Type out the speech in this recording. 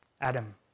Adam